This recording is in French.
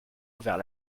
ouvert